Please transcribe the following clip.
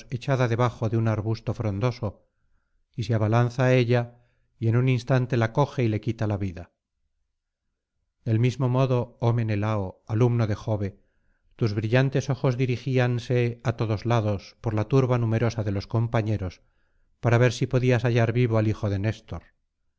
debajo de un arbusto frondoso y se abalanza á ella y en un instante la coge y le quita la vida del mismo modo oh menelao alumno de jove tus brillantes ojos dirigíanse á todos lados por la turba numerosa de los compañeros para ver si podrías hallar vivo al hijo de néstor